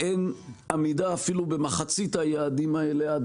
אין עמידה אפילו במחצית היעדים האלה עד